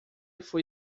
foi